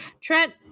Trent